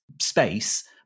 space